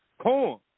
Corn